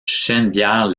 chennevières